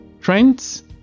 trends